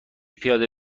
پیاده